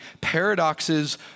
Paradoxes